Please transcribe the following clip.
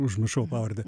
užmiršau pavardę